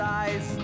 eyes